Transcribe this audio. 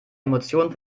emotionen